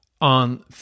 on